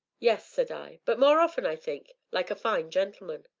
yes, said i, but more often, i think, like a fine gentleman!